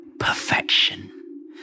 Perfection